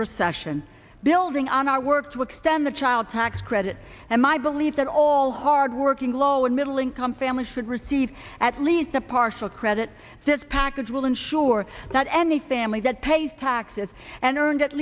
recession building on our work to extend the child tax credit and my belief that all hardworking lower middle income families should receive at least a partial credit this package will ensure that any family that pays taxes and earned at